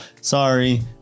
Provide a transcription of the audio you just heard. sorry